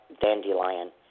dandelion